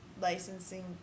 licensing